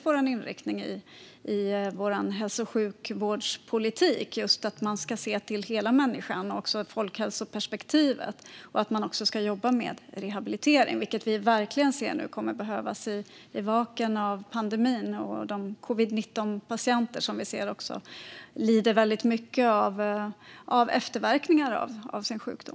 Vår inriktning i hälso och sjukvårdspolitiken har varit just att man ska se till hela människan och ha ett folkhälsoperspektiv. Man ska också jobba med rehabilitering. I spåren av pandemin ser vi nu att det verkligen kommer att behövas. Vi ser covid-19-patienter som lider väldigt mycket av efterverkningarna av sin sjukdom.